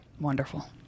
Wonderful